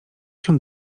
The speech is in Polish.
się